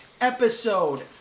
episode